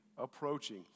Approaching